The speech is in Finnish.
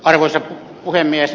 arvoisa puhemies